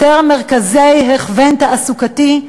יותר מרכזי הכוון תעסוקתי.